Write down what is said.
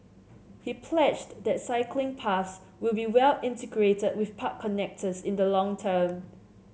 he pledged that cycling paths will be well integrated with park connectors in the long term